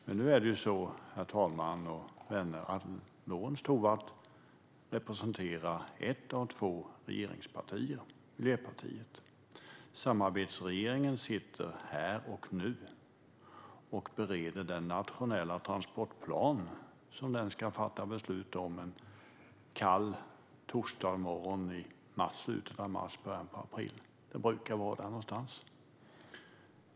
Men nu är det så, herr talman och vänner, att Lorentz Tovatt representerar ett av två regeringspartier - Miljöpartiet. Samarbetsregeringen sitter här och nu och bereder den nationella transportplan som man ska fatta beslut om en kall torsdagsmorgon i slutet av mars eller början av april. Det brukar vara någon gång då.